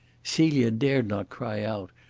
celia dared not cry out.